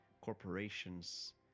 corporations